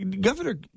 Governor